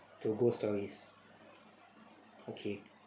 to ghost stories okay